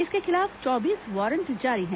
इसके खिलाफ चौबीस वारंट जारी है